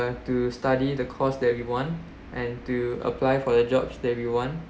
to study the course that we want and to apply for the job that we want